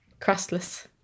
crustless